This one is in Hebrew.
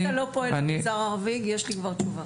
"סבבתא" לא פועל במגזר הערבי, יש לי כבר תשובה.